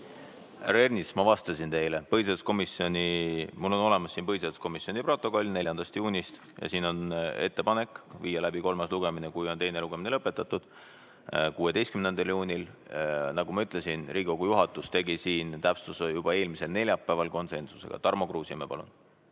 Ernits, ma vastasin teile. Mul on olemas põhiseaduskomisjoni protokoll 4. juunist ja siin on ettepanek viia läbi kolmas lugemine, kui teine lugemine on lõpetatud, 16. juunil. Nagu ma ütlesin, Riigikogu juhatus tegi siin täpsustuse juba eelmisel neljapäeval konsensusega. Tarmo Kruusimäe, palun!